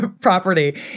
property